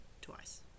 twice